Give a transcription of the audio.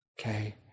Okay